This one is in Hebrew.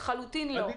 לחלוטין לא.